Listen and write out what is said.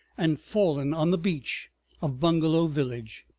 and fallen on the beach of bungalow village,